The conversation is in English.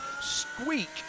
squeak